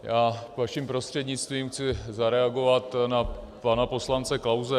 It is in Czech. Já, vaším prostřednictvím, chci zareagovat na pana poslance Klause.